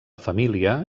família